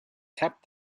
tapped